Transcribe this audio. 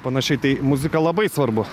panašiai tai muzika labai svarbu